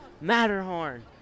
Matterhorn